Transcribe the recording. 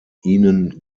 ihnen